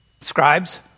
scribes